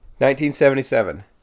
1977